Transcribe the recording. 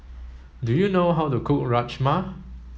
do you know how to cook Rajma